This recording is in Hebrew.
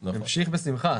הוא המשיך בשמחה.